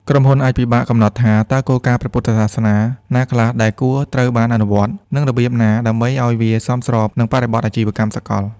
ក្រុមហ៊ុនអាចពិបាកកំណត់ថាតើគោលការណ៍ព្រះពុទ្ធសាសនាណាខ្លះដែលគួរត្រូវបានអនុវត្ត និងរបៀបណាដើម្បីឱ្យវាសមស្របនឹងបរិបទអាជីវកម្មសកល។